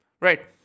Right